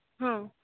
ହଁ